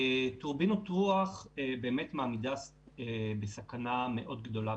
טורבינות רוח מעמידות בעלי כנף בסכנה מאוד גדולה,